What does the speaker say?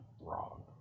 wrong